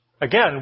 Again